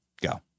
Go